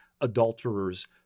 adulterers